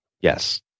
yes